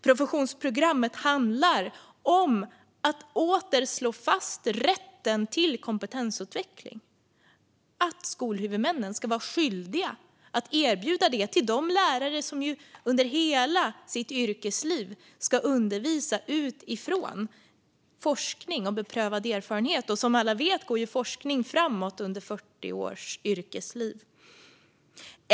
Professionsprogrammet handlar om att åter slå fast rätten till kompetensutveckling. Skolhuvudmännen ska vara skyldiga att erbjuda sådan till lärarna, som under hela sitt yrkesliv ska undervisa utifrån forskning och beprövad erfarenhet. Och som alla vet går forskningen framåt under 40 års yrkesliv.